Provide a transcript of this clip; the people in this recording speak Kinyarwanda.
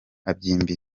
abyimba